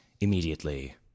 immediately